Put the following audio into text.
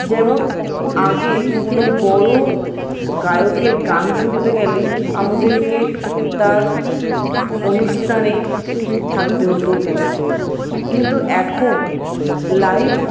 যেমন আগে কোনো বড়ো গায়কের গান শুনতে গেলে আমাদেরকে তার অনুষ্ঠানে থাকতে হতো উপস্থিত কিন্তু এখন লাইভ